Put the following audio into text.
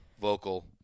vocal